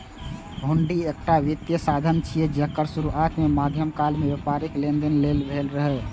हुंडी एकटा वित्तीय साधन छियै, जेकर शुरुआत मध्यकाल मे व्यापारिक लेनदेन लेल भेल रहै